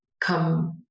come